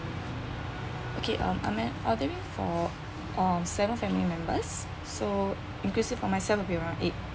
okay um I am ordering for um seven family members so inclusive of myself will be around eight